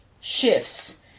shifts